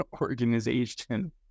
organization